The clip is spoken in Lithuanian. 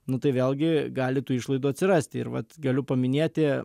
nu tai vėlgi gali tų išlaidų atsirasti ir vat galiu paminėti